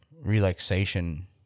relaxation